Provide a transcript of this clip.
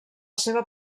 seva